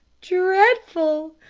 dreadful!